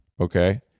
okay